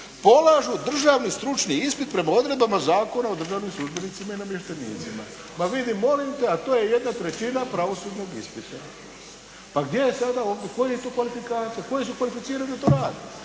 polažu državni stručni ispit prema odredbama Zakona o državnim službenicima i namještenicima. Ma vidi molim te, to je jedna trećina pravosudnog ispita. Pa gdje je sada, koje su tu kvalifikacije, koji su kvalificirani da to rade?